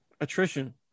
attrition